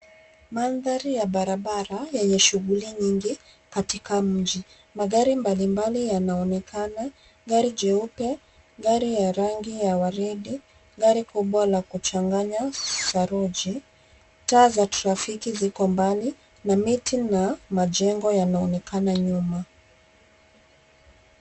Mandhari ya barabara yenye shughuli nyingi katika mji. Magari mbalimbali yanaonekana, gari jeupe, gari ya rangi ya waridi, gari kubwa la kuchanganya saruji, taa za trafiki ziko mbali na miti na majengo yanaonekana nyuma.